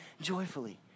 joyfully